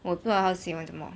我不知道她喜欢什么